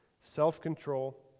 self-control